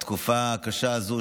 בתקופה הקשה הזו,